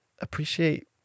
appreciate